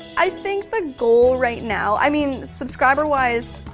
i think the goal right now, i mean, subscriber-wise,